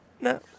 No